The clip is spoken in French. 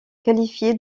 qualifier